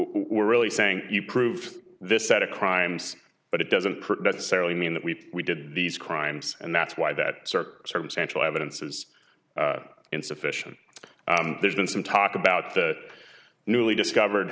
we're really saying you proved this set of crimes but it doesn't necessarily mean that we we did these crimes and that's why that circumstantial evidence is insufficient there's been some talk about the newly discovered